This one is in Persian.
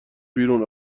بیرون